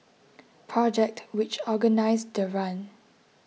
project which organised the run